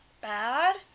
bad